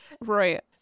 Right